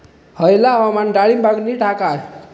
हयला हवामान डाळींबाक नीट हा काय?